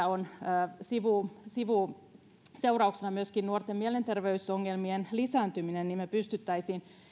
on seurauksena myöskin nuorten mielenterveysongelmien lisääntyminen ja me pystyisimme